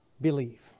believe